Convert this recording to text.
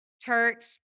church